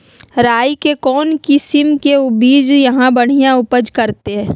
राई के कौन किसिम के बिज यहा बड़िया उपज करते?